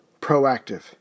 proactive